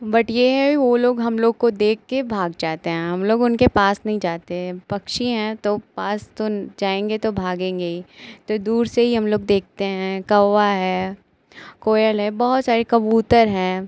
but यह है वह लोग हमलोग को देखकर भाग जाते हैं हमलोग उनके पास नहीं जाते पक्षी हैं तो पास तो जाएँगे तो भागेंगे ही तो दूर से ही हमलोग देखते हैं कौवा है कोयल है बहुत सारे कबूतर हैं